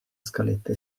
scaletta